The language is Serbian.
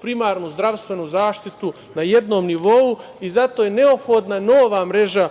primarnu zdravstvenu zaštitu na jednom nivou i zato je neophodna nova mreža